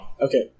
Okay